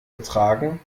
ertragen